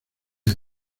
the